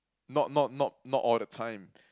not not not not all the time